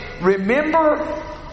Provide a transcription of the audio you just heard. remember